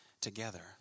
together